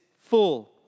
full